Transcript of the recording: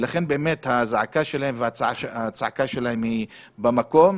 הזעקה והצעקה שלהם היא במקום,